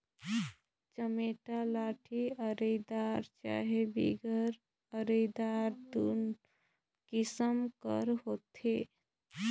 चमेटा लाठी अरईदार चहे बिगर अरईदार दुनो किसिम कर होथे